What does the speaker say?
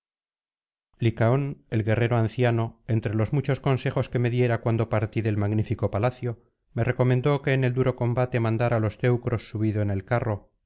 licaón el guerrero anciano entre los muchos consejos que me diera cuando partí del magnífico palacio me recomendó que en el duro combate mandara á los teucros subido en el carro